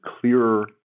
clearer